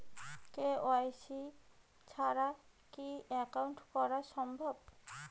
KYC ছাড়া কি account করা সম্ভব?